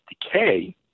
decay